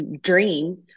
dream